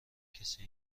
کسی